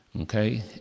okay